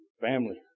Family